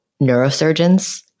neurosurgeons